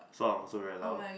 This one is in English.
so I'm also very loud